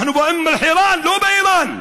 אנחנו באום אל-חיראן, לא באיראן.